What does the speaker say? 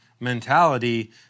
mentality